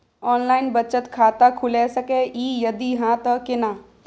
Online बचत खाता खुलै सकै इ, यदि हाँ त केना?